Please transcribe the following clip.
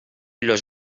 los